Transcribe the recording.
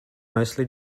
mostly